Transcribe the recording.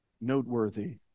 noteworthy